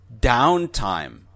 downtime